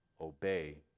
obey